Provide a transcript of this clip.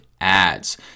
Ads